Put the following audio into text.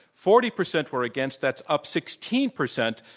forty percent were against. that's up sixteen percent.